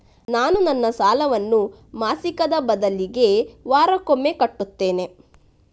ನಾನು ನನ್ನ ಸಾಲವನ್ನು ಮಾಸಿಕದ ಬದಲಿಗೆ ವಾರಕ್ಕೊಮ್ಮೆ ಕಟ್ಟುತ್ತೇನೆ